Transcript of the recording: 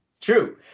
true